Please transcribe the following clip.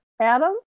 Adam